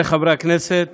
תודה לחברת הכנסת